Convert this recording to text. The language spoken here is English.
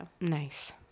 Nice